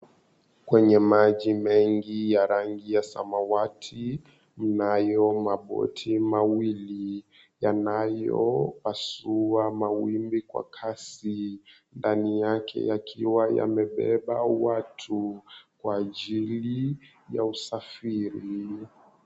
Kwenye maji mengi ya rangi ya samawati, mnayo boti mawili yanayopasua mawimbi kwa kasi. Ndani yake yakiwa yamebeba watu kwa ajili ya usafiri.